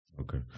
Okay